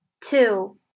Two